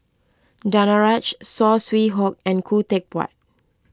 Danaraj Saw Swee Hock and Khoo Teck Puat